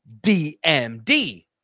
DMD